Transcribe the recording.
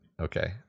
okay